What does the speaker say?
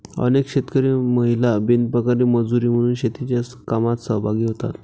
अनेक शेतकरी महिला बिनपगारी मजुरी म्हणून शेतीच्या कामात सहभागी होतात